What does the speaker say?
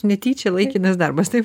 netyčia laikinas darbas taip